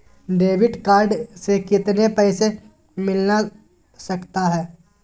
Debit card से कितने पैसे मिलना सकता हैं?